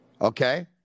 okay